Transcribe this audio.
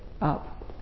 up